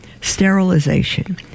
sterilization